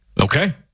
Okay